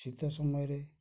ଶୀତ ସମୟରେ